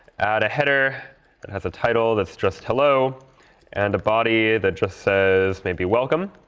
add a header that has a title that's just hello and a body that just says maybe welcome.